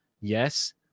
Yes